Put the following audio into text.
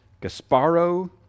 Gasparo